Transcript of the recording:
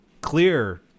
clear